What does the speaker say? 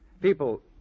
People